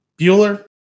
Bueller